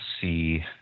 see